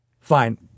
fine